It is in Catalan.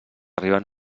arriben